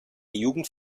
jugend